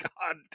God